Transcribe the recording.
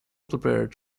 prepared